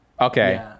Okay